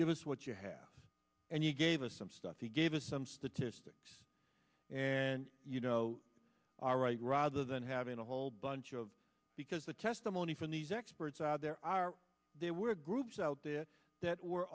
give us what you have and you gave us some stuff to give us some statistics and you know all right rather than having a whole bunch of because the testimony from these experts are there are there were groups out there that were